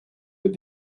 with